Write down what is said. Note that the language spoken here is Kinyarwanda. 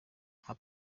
nka